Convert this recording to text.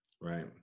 right